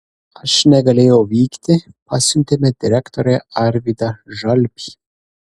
aš negalėjau vykti pasiuntėme direktorių arvydą žalpį